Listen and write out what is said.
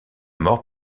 mort